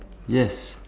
yes